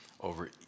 over